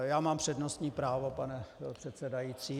Já mám přednostní právo, pane předsedající.